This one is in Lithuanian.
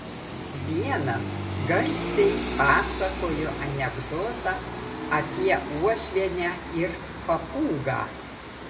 vienas garsiai pasakojo anekdotą apie uošvienę ir papūgą